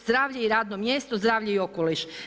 Zdravlje i radno mjesto, zdravlje i okoliš.